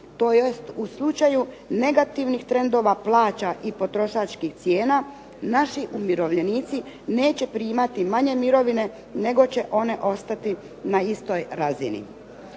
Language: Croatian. tj. u slučaju negativnih trendova plaća i potrošačkih cijena naši umirovljenici neće primati manje mirovine nego će one ostati na istoj razini.